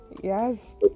Yes